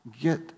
get